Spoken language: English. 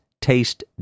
taste